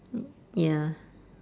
ya